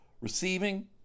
receiving